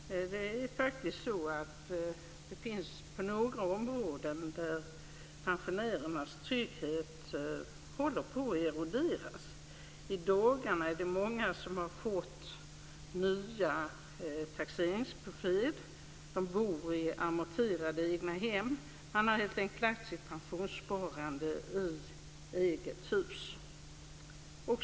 Det finns några områden där pensionärernas trygghet håller på att eroderas. I dagarna är det många som har fått nya taxeringsbesked. De bor i amorterade egnahem. Man har helt enkelt lagt sitt pensionssparande på ett eget hus.